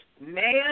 man